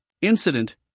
incident